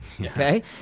okay